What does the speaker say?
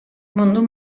mundu